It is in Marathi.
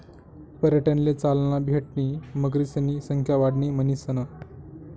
पर्यटनले चालना भेटणी मगरीसनी संख्या वाढणी म्हणीसन